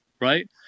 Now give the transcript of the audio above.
Right